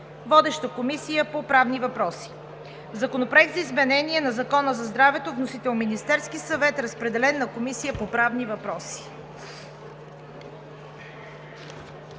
Водеща е Комисията по правни въпроси. Законопроект за изменение на Закона за здравето. Вносител – Министерският съвет. Разпределен е на Комисията по правни въпроси.